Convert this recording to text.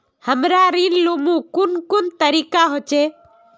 हमरा ऋण लुमू कुन कुन तरीका होचे?